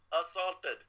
assaulted